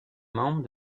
membre